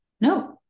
No